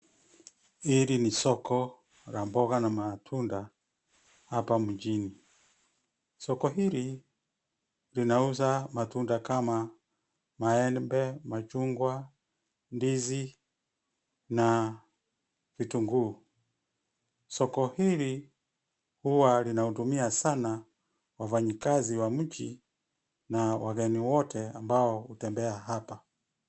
Hili ni soko la mboga na matunda hapa mjini. Soko hili linauza matunda kama maembe, machugwa, ndizi na vitunguu. Soko hili huwa linahudumia sana wafanyikazi wa mji na wageni wote ambao hutembea hapa.